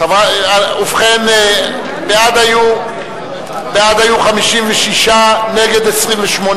ובכן, בעד היו 56, נגד, 28,